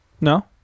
No